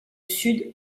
sud